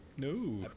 No